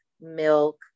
milk